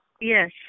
Yes